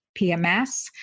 pms